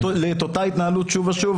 אם נחזור לאותה התנהלות שוב ושוב,